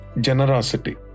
Generosity